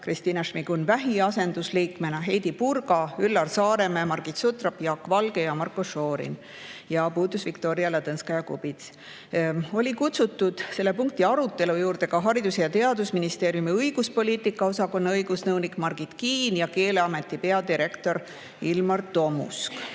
Kristina Šmigun-Vähi asendusliikmena, Heidy Purga, Üllar Saaremäe, Margit Sutrop, Jaak Valge ja Marko Šorin ning puudus Viktoria Ladõnskaja-Kubits. Olid kutsutud selle punkti arutelu juurde ka Haridus‑ ja Teadusministeeriumi õiguspoliitika osakonna õigusnõunik Margit Kiin ja Keeleameti peadirektor Ilmar Tomusk. Oli